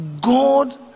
God